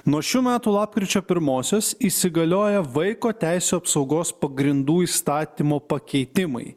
nuo šių metų lapkričio pirmosios įsigalioja vaiko teisių apsaugos pagrindų įstatymo pakeitimai